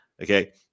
Okay